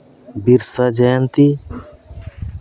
Birsa Jayanti